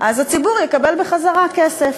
אז הציבור יקבל בחזרה כסף.